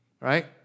Right